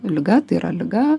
liga tai yra liga